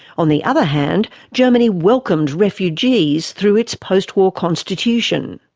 on the other hand, germany welcomed refugees through its post-war constitution.